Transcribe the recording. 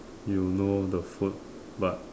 you know the food but